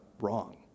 wrong